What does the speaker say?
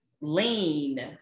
lean